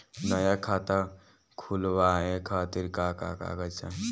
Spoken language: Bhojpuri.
नया खाता खुलवाए खातिर का का कागज चाहीं?